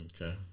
Okay